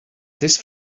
this